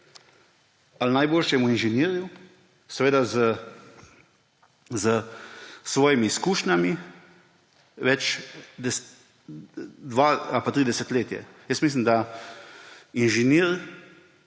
ali najboljšemu inženirju seveda s svojimi izkušnjami dveh ali treh desetletij. Jaz mislim, da inženir,